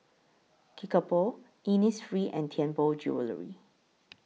Kickapoo Innisfree and Tianpo Jewellery